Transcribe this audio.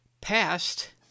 passed